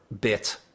bit